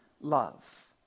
love